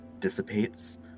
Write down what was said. dissipates